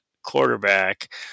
quarterback